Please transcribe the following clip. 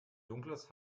dunkles